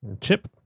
Chip